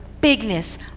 bigness